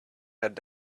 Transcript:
had